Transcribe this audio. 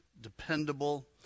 dependable